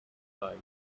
right